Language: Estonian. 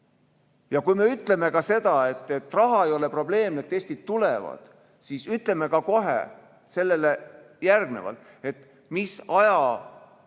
Kui me ütleme seda, et raha ei ole probleem, et testid tulevad, siis ütleme ka kohe sellele järgnevalt, mis